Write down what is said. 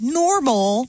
normal